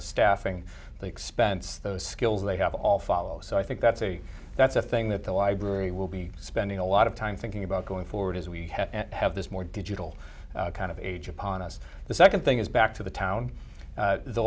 the staffing the expense those skills they have all follow so i think that's a that's a thing that the library will be spending a lot of time thinking about going forward as we have this more digital kind of age upon us the second thing is back to the town